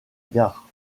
gare